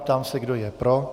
Ptám se, kdo je pro.